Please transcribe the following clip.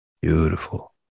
Beautiful